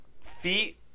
feet